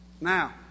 now